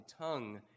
tongue